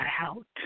out